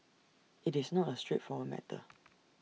IT is not A straightforward matter